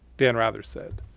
dan rather said.